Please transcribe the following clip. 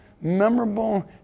memorable